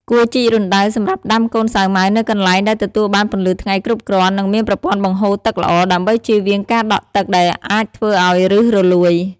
គួរជីករណ្ដៅសម្រាប់ដាំកូនសាវម៉ាវនៅកន្លែងដែលទទួលបានពន្លឺថ្ងៃគ្រប់គ្រាន់ និងមានប្រព័ន្ធបង្ហូរទឹកល្អ ដើម្បីចៀសវាងការដក់ទឹកដែលអាចធ្វើឲ្យឫសរលួយ។